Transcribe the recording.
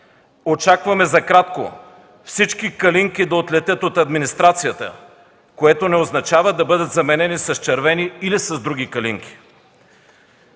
Очакваме за кратко всички калинки да отлетят от администрацията, което не означава да бъдат заменени с червени или с други калинки.